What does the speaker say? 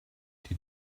die